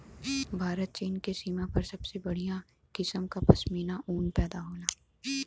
भारत चीन के सीमा पर सबसे बढ़िया किसम क पश्मीना ऊन पैदा होला